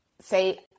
say